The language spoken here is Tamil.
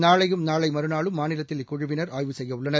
நாளையும் நாளைமறுநாளும் மாநிலத்தில் இக்குழுவினர் ஆய்வு செய்யவுள்ளனர்